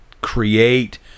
create